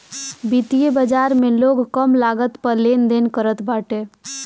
वित्तीय बाजार में लोग कम लागत पअ लेनदेन करत बाटे